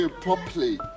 properly